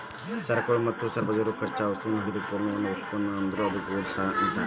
ಸರಕುಗಳು ಮತ್ತು ಸರಬರಾಜುಗಳು ಕಚ್ಚಾ ವಸ್ತುಗಳಿಂದ ಹಿಡಿದು ಪೂರ್ಣಗೊಂಡ ಉತ್ಪನ್ನ ಅದ್ಕ್ಕ ಗೂಡ್ಸ್ ಅನ್ತಾರ